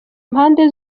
mpande